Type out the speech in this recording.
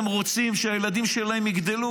הם רוצים שהילדים שלהם יגדלו,